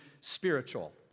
spiritual